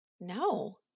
No